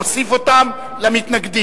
אוסיף אותם למתנגדים.